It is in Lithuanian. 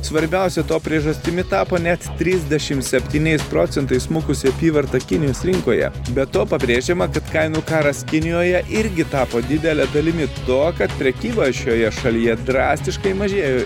svarbiausia to priežastimi tapo net trisdešim septyniais procentais smukusi apyvarta kinijos rinkoje be to pabrėžiama kad kainų karas kinijoje irgi tapo didele dalimi to kad prekyba šioje šalyje drastiškai mažėjo